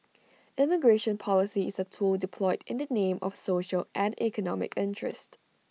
immigration policy is A tool deployed in the name of social and economic interest